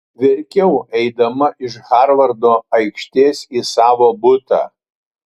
verkiau eidama iš harvardo aikštės į savo butą